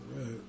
right